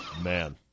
Man